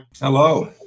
Hello